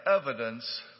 evidence